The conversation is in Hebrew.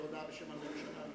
הודעה בשם הממשלה.